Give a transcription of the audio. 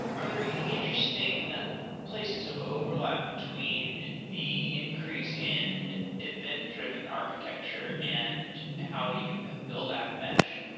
are there any interesting places of overlap between the increase in event driven architecture and how you have built app mesh?